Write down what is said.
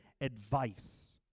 advice